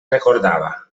recordava